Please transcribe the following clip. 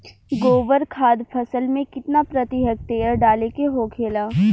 गोबर खाद फसल में कितना प्रति हेक्टेयर डाले के होखेला?